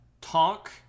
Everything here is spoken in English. talk